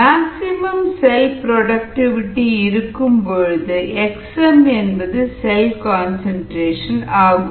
maximum cell productivity இருக்கும் பொழுது Xm என்பது செல் கன்சன்ட்ரேஷன் ஆகும்